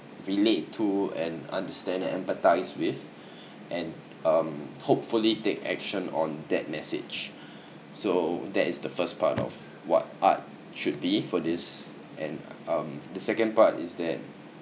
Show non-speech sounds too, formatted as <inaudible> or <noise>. relate to and understand and empathise with <breath> and um hopefully take action on that message <breath> so that is the first part of what art should be for this and um the second part is that